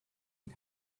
and